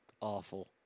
Awful